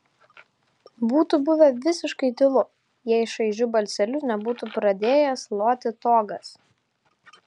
būtų buvę visiškai tylu jei šaižiu balseliu nebūtų pradėjęs loti togas